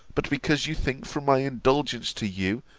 but because you think from my indulgence to you,